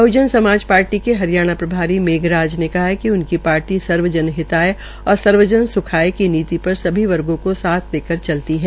बहजन समाज पार्टी के हरियाणा प्रभारी मेघराज ने कहा है कि उनकी पार्टी सर्वजन हिताय और सर्वजन स्खये की नीति पर सभी वर्गो को साथ लेकर चलती है